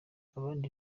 abandi